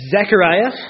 Zechariah